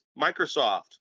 Microsoft